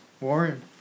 Warren